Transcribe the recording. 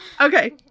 Okay